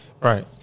Right